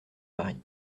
mari